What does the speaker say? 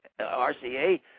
RCA